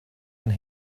and